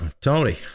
Tony